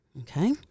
Okay